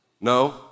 No